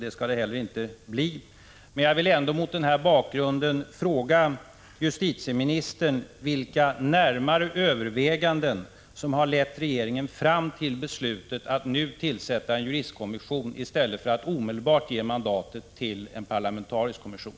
Det skall det inte heller bli. Men jag vill ändå mot denna bakgrund fråga justitieministern vilka närmare överväganden som har lett regeringen fram till beslutet att nu tillsätta en juristkommission i stället för att omedelbart ge mandatet till en parlamentarisk kommission.